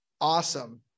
awesome